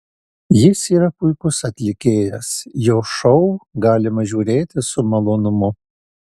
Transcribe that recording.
jis yra puikus atlikėjas jo šou galima žiūrėti su malonumu